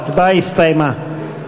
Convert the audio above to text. ההצבעה הסתיימה.